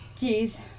Jeez